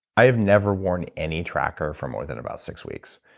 i've never worn any tracker for more than about six weeks.